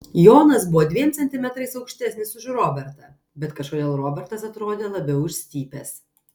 jonas buvo dviem centimetrais aukštesnis už robertą bet kažkodėl robertas atrodė labiau išstypęs